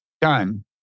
done